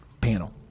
panel